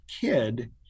kid